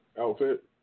outfit